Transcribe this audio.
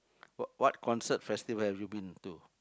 what what concert festival have you been to